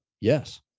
Yes